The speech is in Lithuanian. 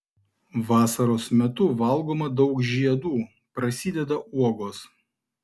vasaros metu valgoma daug žiedų prasideda uogos